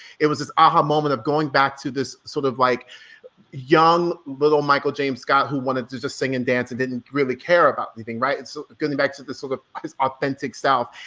it was this aha moment of going back to this sort of like young little michael james scott, who wanted to just sing and dance and didn't really care about anything, right. and so going back to this sort of authentic self.